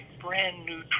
brand-new